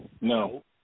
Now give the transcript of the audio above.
No